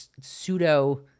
pseudo